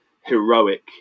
heroic